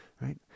right